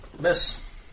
Miss